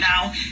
now